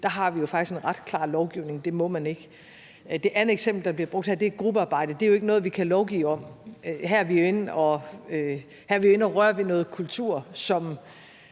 har vi jo faktisk en ret klar lovgivning: Det må man ikke. Det andet eksempel, der bliver brugt her, er gruppearbejde. Det er jo ikke noget, vi kan lovgive om. Her er vi inde at røre ved noget kultur, hvor